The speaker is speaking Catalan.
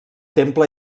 temple